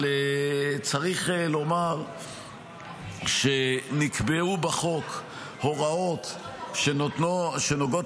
אבל צריך לומר שנקבעו בחוק הוראות שנוגעות